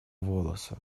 волосы